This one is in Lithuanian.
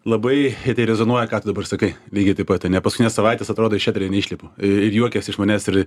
labai rezonuoja ką tu dabar sakai lygiai taip pat ane paskutines savaites atrodo iš eterio neišlipu ir juokiasi iš manęs ir